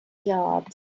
yards